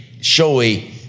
showy